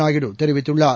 நாயுடு தெரிவித்துள்ளார்